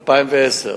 2010,